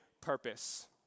purpose